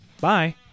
Bye